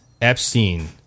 Epstein